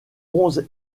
onze